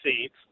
seats